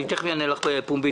תיכף אענה לך פומבית.